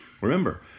Remember